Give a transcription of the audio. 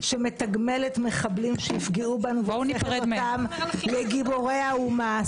מחבלים שיפגעו בנו והופכת אותם לגיבורי האומה.